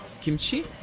Kimchi